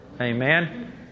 Amen